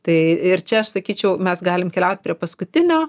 tai ir čia aš sakyčiau mes galim keliaut prie paskutinio